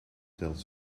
telt